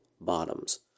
bottoms